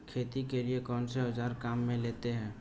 खेती के लिए कौनसे औज़ार काम में लेते हैं?